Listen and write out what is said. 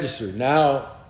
Now